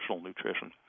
nutrition